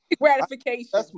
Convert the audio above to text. gratification